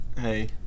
Hey